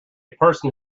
person